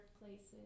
places